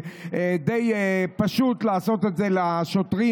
לעשות את זה לשוטרים,